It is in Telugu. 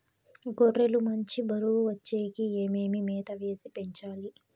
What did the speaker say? గొర్రె లు మంచి బరువు వచ్చేకి ఏమేమి మేత వేసి పెంచాలి?